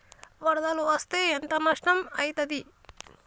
వరదలు వస్తే ఎంత నష్టం ఐతది?